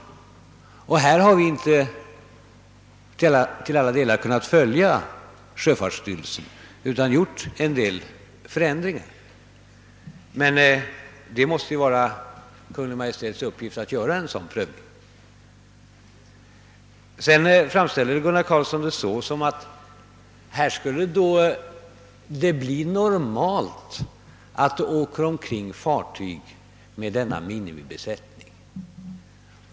På denna punkt har vi alltså inte till alla delar kunnat följa sjöfartsstyrelsen, utan gjort en del förändringar. Men det måste ju vara Kungl. Maj:ts uppgift att företa en sådan prövning. Sedan framställer Gunnar Carlsson det hela så som att här skulle det komma att bli normalt att fartyg åker omkring med denna minimibesättning.